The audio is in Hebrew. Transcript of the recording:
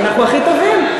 אנחנו הכי טובים,